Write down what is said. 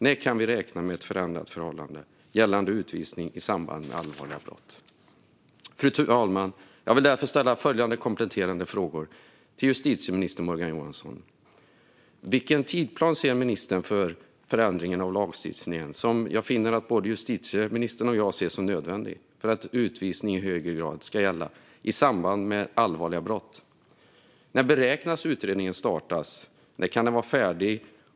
När kan vi räkna med ett förändrat förhållande gällande utvisning i samband med allvarliga brott? Fru talman! Jag vill därför ställa följande kompletterande frågor till justitieminister Morgan Johansson: Vilken tidsplan ser ministern för den förändring av lagstiftningen som jag finner att både justitieministern och jag ser som nödvändig för att utvisning i högre grad ska gälla i samband med allvarliga brott? När beräknas utredningen starta? När kan den vara färdig?